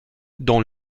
dans